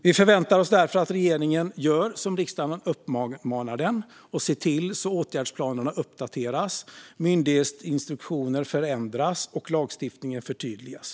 Vi förväntar oss att regeringen gör som riksdagen uppmanar den och ser till att åtgärdsplanerna uppdateras, myndighetsinstruktioner förändras och lagstiftningen förtydligas.